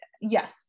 yes